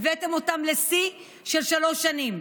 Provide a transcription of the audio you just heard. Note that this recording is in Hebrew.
והבאתם אותם לשיא של שלוש שנים.